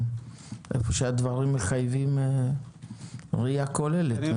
ביניכם איפה שהדברים מחייבים ראייה כוללת,